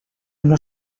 una